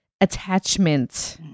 attachment